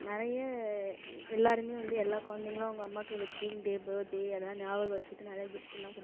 நிறைய எல்லோருமே வந்து எல்லாக் கொழந்தைங்களும் அவங்க அம்மாவுக்கு வெட்டிங் டே பர்த் டே அதெல்லாம் ஞாபகம் வச்சுட்டு நிறையா கிஃப்ட்லாம் கொடுப்பாங்க